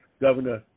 Governor